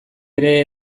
ere